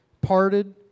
parted